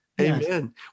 Amen